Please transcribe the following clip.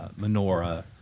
menorah